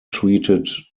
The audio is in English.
treated